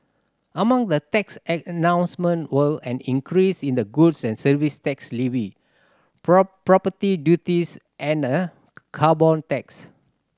among the tax announcement were an increase in the goods and Service Tax levy property duties and a carbon tax